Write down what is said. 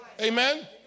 Amen